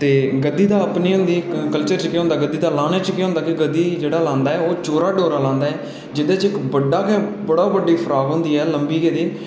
ते गद्दी दा अपनी होंदी दा कल्चर जि'यां होंदा कि जेह्ड़ा लाने च केह् होंदा ऐ की गद्दी जेह्ड़ा लांदा ऐ ओह् चोरा डोरा लांदा ऐ जेह्दे च इक बड्डा इक बड्डी गेदी फ्रॉक होंदी ऐ लम्बी गेदी